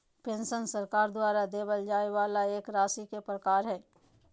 pension सरकार द्वारा देबल जाय वाला एक राशि के प्रकार हय